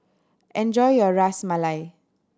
enjoy your Ras Malai